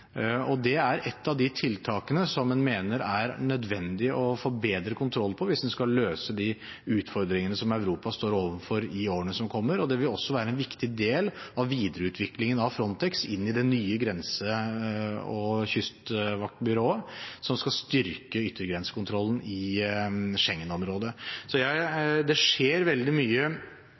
Det er ett av de tiltakene som en mener er nødvendig å få bedre kontroll på hvis en skal løse de utfordringene som Europa står overfor i årene som kommer. Det vil også være en viktig del av videreutviklingen av Frontex inn i det nye grense- og kystvaktbyrået som skal styrke yttergrensekontrollen i Schengen-området. Det skjer veldig mye